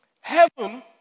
heaven